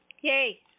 yay